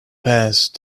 past